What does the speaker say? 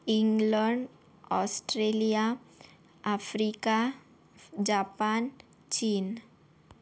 England Australia Africa Japan चीन